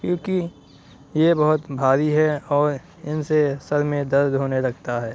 کیونکہ یہ بہت بھاری ہے اور ان سے سر میں درد ہونے لگتا ہے